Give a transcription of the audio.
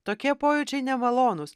tokie pojūčiai nemalonūs